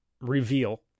reveal